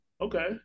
Okay